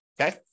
okay